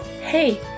Hey